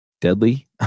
deadly